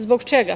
Zbog čega?